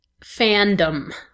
fandom